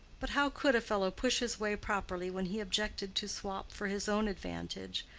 but how could a fellow push his way properly when he objected to swop for his own advantage,